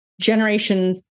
generations